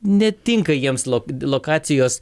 netinka jiems slop lokacijos